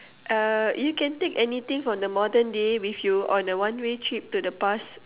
uh you can take anything from the modern day with you on a one way trip to the past